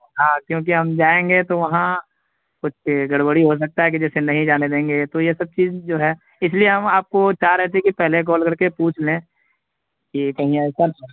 ہاں کیونکہ ہم جائیں گے تو وہاں کچھ گڑبڑی ہو سکتا ہے کہ جیسے نہیں جانے دیں گے تو یہ سب چیز جو ہے اس لیے ہم آپ کو چاہ رہے تھے کہ پہلے کال کر کے پوچھ لیں کہ کہیں ایسا